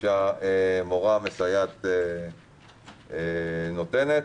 שהמורה המסייעת נותנת.